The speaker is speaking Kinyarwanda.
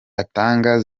atanga